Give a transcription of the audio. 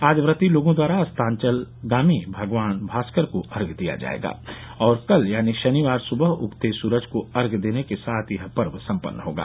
आज व्रती लोगों द्वारा अस्तांचल भगवान भास्कर को अर्घ्य दिया जायेगा और कल यानी शनिवार सुबह उगते सूरज को अर्घ्य देने के साथ यह पर्व सम्पन्न होगा